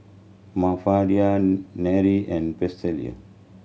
Mafalda Nery and Presley